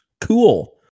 Cool